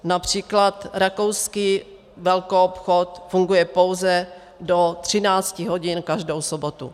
Například rakouský velkoobchod funguje pouze do 13 hodin každou sobotu.